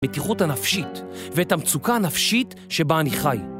הבטיחות הנפשית ואת המצוקה הנפשית שבה אני חי